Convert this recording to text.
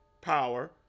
Power